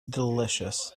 delicious